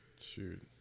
Shoot